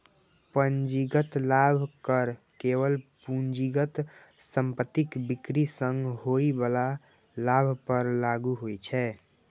पूंजीगत लाभ कर केवल पूंजीगत संपत्तिक बिक्री सं होइ बला लाभ पर लागू होइ छै